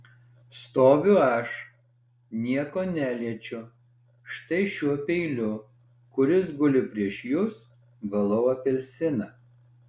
stoviu aš nieko neliečiu štai šiuo peiliu kuris guli prieš jus valau apelsiną